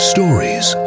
Stories